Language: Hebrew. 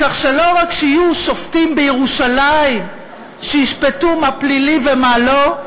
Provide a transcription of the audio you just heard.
כך שלא רק שיהיו שופטים בירושלים שישפטו מה פלילי ומה לא,